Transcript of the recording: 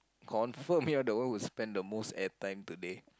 confirm you are the one who spend the most air time today